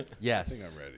Yes